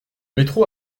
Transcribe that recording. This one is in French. métro